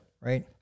Right